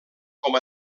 com